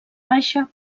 baixa